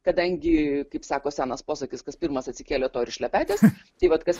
kadangi kaip sako senas posakis kas pirmas atsikėlė to ir šlepetės tai vat kas